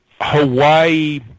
Hawaii